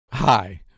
Hi